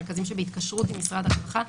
מרכזים שבהתקשרות עם משרד הרווחה.